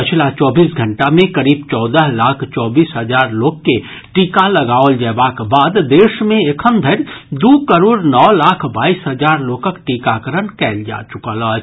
पछिला चौबीस घंटा मे करीब चौदह लाख चौबीस हजार लोक के टीका लगाओल जयबाक बाद देश मे एखन धरि दू करोड़ नओ लाख बाईस हजार लोकक टीकाकरण कयल जा चुकल अछि